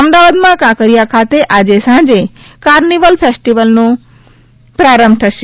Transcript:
અમદાવાદમાં કાંકરિયા ખાતે આજે સાંજે કાર્નિવલ ફેસ્ટીવલનો પ્રારંભ થશે